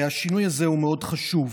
והשינוי הזה הוא מאוד חשוב.